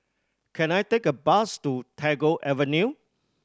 can I take a bus to Tagore Avenue